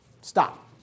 Stop